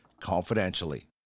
confidentially